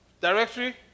directory